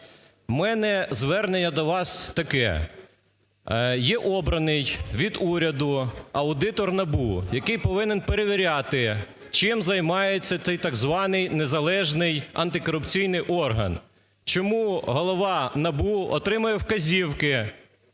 мене звернення до вас таке. Є обраний від уряду аудитор НАБУ, який повинен перевіряти, чим займається цей так званий незалежний антикорупційний орган. Чому голова НАБУ отримує вказівки